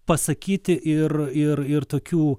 pasakyti ir ir ir tokių